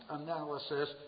analysis